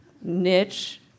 niche